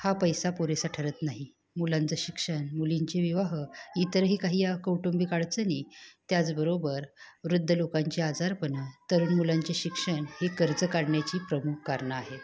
हा पैसा पुरेसा ठरत नाही मुलांचं शिक्षण मुलींचे विवाह इतरही काही या कौटुंबिक अडचणी त्याचबरोबर वृद्ध लोकांचे आजारपणं तरुण मुलांचे शिक्षण ही कर्ज काढण्याची प्रमुख कारणं आहेत